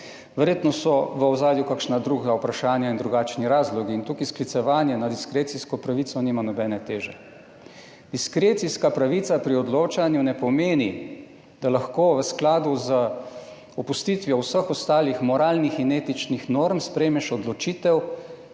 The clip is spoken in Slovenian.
Verjetno so v ozadju kakšna druga vprašanja in drugačni razlogi, in tukaj sklicevanje na diskrecijsko pravico nima nobene teže. Diskrecijska pravica pri odločanju ne pomeni, da lahko v skladu z opustitvijo vseh ostalih moralnih in etičnih norm sprejmeš odločitev,